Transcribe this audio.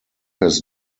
his